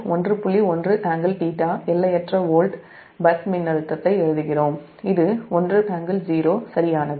1∟θ எல்லையற்ற volt bus மின்னழுத்தத்தை எழுதுகிறோம் இது 1∟0 சரியானது